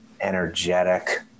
energetic